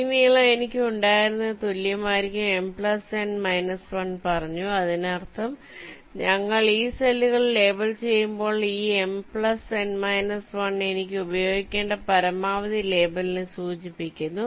ഈ നീളം എനിക്ക് ഉണ്ടായിരുന്നതിന് തുല്യമായിരിക്കും M N − 1 പറഞ്ഞു അതിനർത്ഥം ഞങ്ങൾ ഈ സെല്ലുകൾ ലേബൽ ചെയ്യുമ്പോൾ ഈ M N − 1 എനിക്ക് ഉപയോഗിക്കേണ്ട പരമാവധി ലേബലിനെ സൂചിപ്പിക്കുന്നു